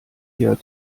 eher